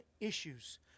issues